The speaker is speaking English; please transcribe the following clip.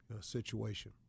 situation